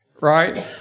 Right